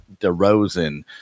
DeRozan